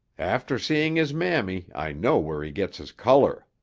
after seeing his mammy, i know where he gets his color.